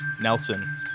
Nelson